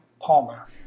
Palmer